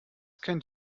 kennt